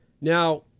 Now